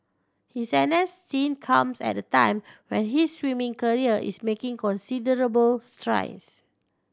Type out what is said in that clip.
his N S stint comes at a time when his swimming career is making considerable strides